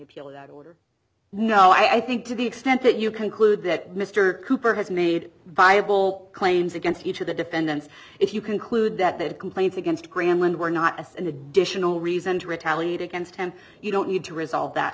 appeal of that order no i think to the extent that you conclude that mr cooper has made viable claims against each of the defendants if you conclude that their complaints against graham and were not as an additional reason to retaliate against him you don't need to resolve that